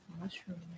mushroom